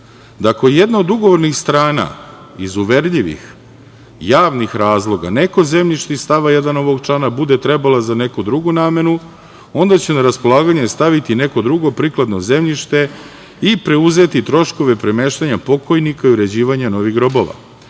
da ako jedna od ugovornih strana iz uverljivih, javnih razloga neko zemljište iz stava 1. ovog člana bude trebala za neku drugu namenu onda će na raspolaganje staviti neko drugo prikladno zemljište i preuzeti troškove premeštanja pokojnika i uređivanje novih grobova. Izbor